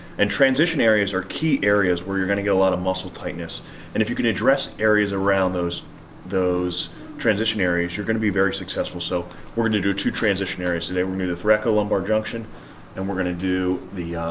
and transition areas are key areas where you're gonna get a lot of muscle tightness and if you can address areas around those those transition areas you're gonna be very successful. so we're gonna do two transition areas today. we're gonna do the thoraco lumbar junction and we're gonna do the